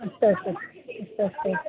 अस्तु अस्तु अस्तु अस्तु